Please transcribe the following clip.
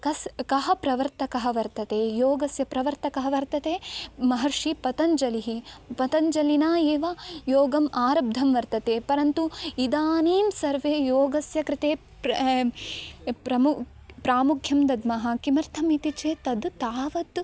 कस् कः प्रवर्तकः वर्तते योगस्य प्रवर्तकः वर्तते महर्षिः पतञ्जलिः पतञ्जलिना एव योगम् आरब्धं वर्तते परन्तु इदानीं सर्वे योगस्य कृते प्र प्रमु प्रामुख्यं दद्मः किमर्थम् इति चेत् तद् तावत्